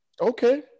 Okay